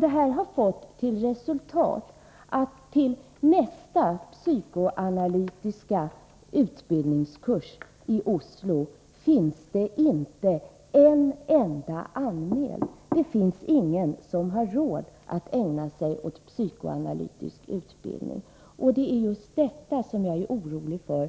Det här har fått till resultat att till nästa psykoanalytiska utbildningskurs i Olso finns det inte en enda anmäld. Det är ingen som har råd att ägna sig åt psykoanalytisk utbildning. Det är just detta jag är orolig för